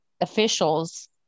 officials